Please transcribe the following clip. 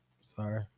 Sorry